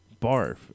barf